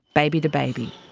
baby to baby.